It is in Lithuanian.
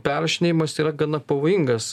perrašinėjimas yra gana pavojingas